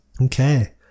Okay